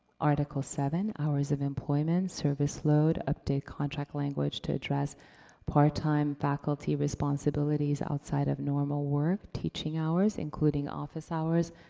article seven, hours of employment, service load. update contract language to address part-time faculty responsibilities outside of normal work, teaching hours including office hours,